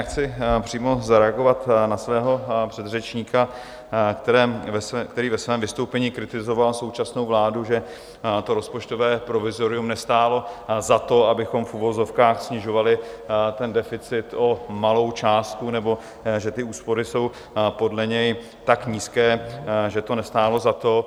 Já chci přímo zareagovat na svého předřečníka, který ve svém vystoupení kritizoval současnou vládu, že to rozpočtové provizorium nestálo za to, abychom v uvozovkách snižovali deficit o malou částku nebo že ty úspory jsou podle něj tak nízké, že to nestálo za to.